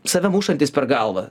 save mušantys per galvą